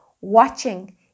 watching